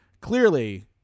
clearly